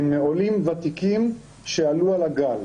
הם עולים ותיקים שעלו על הגל,